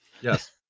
Yes